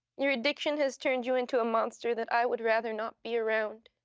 your addiction has turned you into a monster that i would rather not be around.